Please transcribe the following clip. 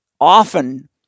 often